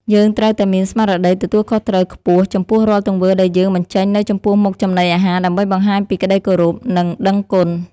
យើងត្រូវតែមានស្មារតីទទួលខុសត្រូវខ្ពស់ចំពោះរាល់ទង្វើដែលយើងបញ្ចេញនៅចំពោះមុខចំណីអាហារដើម្បីបង្ហាញពីក្តីគោរព និង ដឹងគុណ។